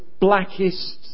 blackest